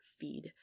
feed